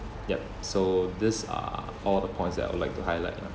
yup so these are all the points that I would like to highlight lah